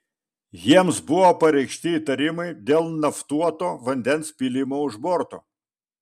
jiems buvo pareikšti įtarimai dėl naftuoto vandens pylimo už borto